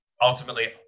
ultimately